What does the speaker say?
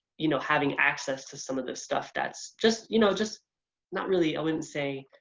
you know having access to some of the stuff that's. just you know, just not really, i wouldn't say